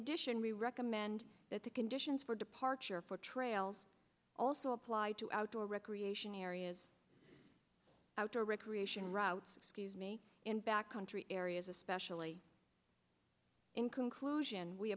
addition we recommend that the conditions for departure for trails also apply to outdoor recreation areas outdoor recreation routes excuse me in back country areas especially in conclusion we